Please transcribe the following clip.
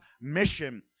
mission